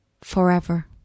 forever